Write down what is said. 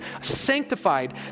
sanctified